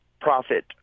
profit